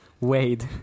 Wade